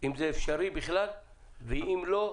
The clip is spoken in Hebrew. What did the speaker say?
אם זה בכלל אפשרי ואם לא,